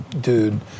dude